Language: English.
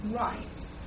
right